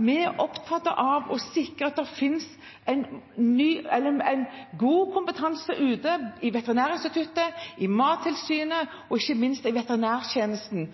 Vi er opptatt av å sikre at det fins en god kompetanse ute – i Veterinærinstituttet, i Mattilsynet og ikke minst i veterinærtjenesten.